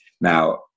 Now